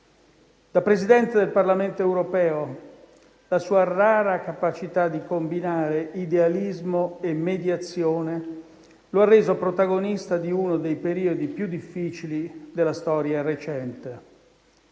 Da Presidente del Parlamento europeo la sua rara capacità di combinare idealismo e mediazione lo ha reso protagonista di uno dei periodi più difficili della storia recente;